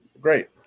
Great